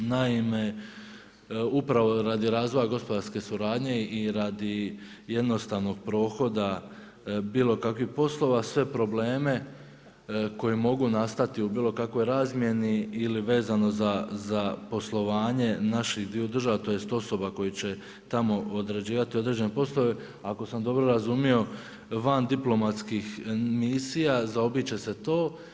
Naime, upravo radi razvoja gospodarske suradnje i radi jednostavnog prohoda bilo kakvih poslova sve probleme koji mogu nastati u bilo kakvoj razmjeni ili vezano za poslovanje naših dviju država tj. osoba koje će tamo odrađivati određene poslove ako sam dobro razumio van diplomatskih misija zaobići će se to.